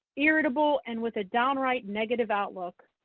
irritable and with a downright negative outlook.